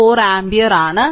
4 ampere ആണ്